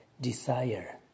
desire